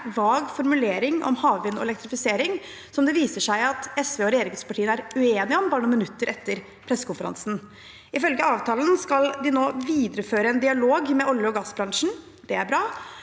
vag formulering om havvind og elektrifisering som det viser seg at SV og regjeringspartiene er uenige om bare noen minutter etter pressekonferansen. Ifølge avtalen skal de nå videreføre en dialog med olje- og gassbransjen. Det er bra.